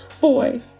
boy